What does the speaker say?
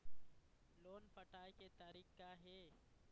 Loan पटाए के तारीख़ का हे?